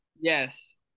Yes